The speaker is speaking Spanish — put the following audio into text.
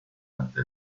ante